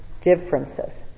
Differences